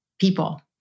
people